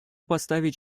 поставить